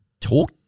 talk